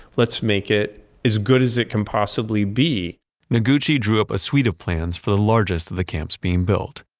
let's make it as good as it can possibly be noguchi drew up a suite of plans for the largest of the camps being built.